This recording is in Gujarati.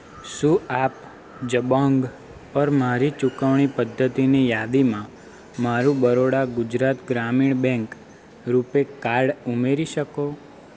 શું આપ જબોંગ પર મારી ચુકવણી પદ્ધતિની યાદીમાં મારું બરોડા ગુજરાત ગ્રામીણ બેંક રૂપે કાર્ડ ઉમેરી શકો